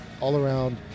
all-around